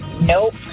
Nope